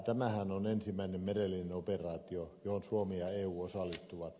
tämähän on ensimmäinen merellinen operaatio johon suomi ja eu osallistuvat